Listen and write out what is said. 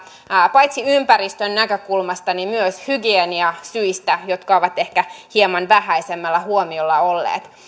paitsi ympäristön näkökulmasta myös hygieniasyistä jotka ovat ehkä hieman vähäisemmällä huomiolla olleet